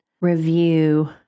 review